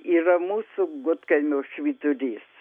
yra mūsų gudkaimio švytūrys